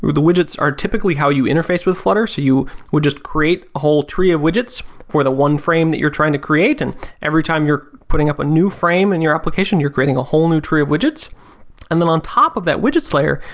the widgets are typically how you interface with flutter, so you would just create a whole tree of widgets for the one frame that you're trying to create and every time you're putting up a new frame in your application you're creating a whole new tree of widgets and then on top of that widgets layer,